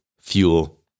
fuel